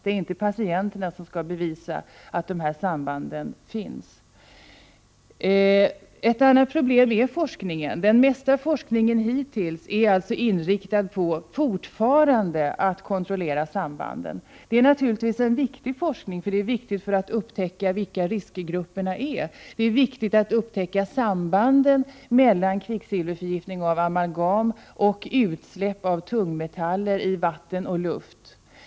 Det är inte patienterna som skall bevisa att sambanden finns. Ett annat problem är forskningen. Det mesta av forskningen är fortfarande inriktat på kontroll av sambanden. Det är naturligtvis en viktig forskning, eftersom det är angeläget att upptäcka vilka riskgrupperna är. Det är också viktigt att upptäcka sambanden mellan kvicksilverförgiftning av amalgam och utsläpp av tungmetaller i vatten och luft.